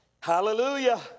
Hallelujah